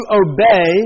obey